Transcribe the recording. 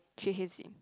she hates it